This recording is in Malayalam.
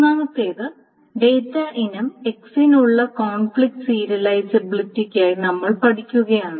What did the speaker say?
മൂന്നാമത്തേത് ഡാറ്റ ഇനം x നുള്ള കോൺഫ്ലിക്റ്റ് സീരിയലൈസബിലിറ്റിക്കായി നമ്മൾ പഠിക്കുകയാണ്